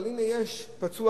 אבל הנה יש פצוע,